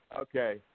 Okay